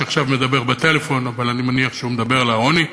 שעכשיו מדבר בטלפון אבל אני מניח שהוא מדבר על העוני,